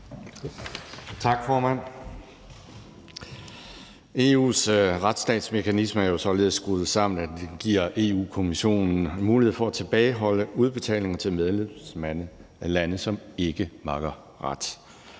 Tak, formand. EU's retsstatsmekanisme er jo således skruet sammen, at den giver Europa-Kommissionen mulighed for at tilbageholde udbetalinger til medlemslande, som ikke makker ret,